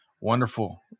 Wonderful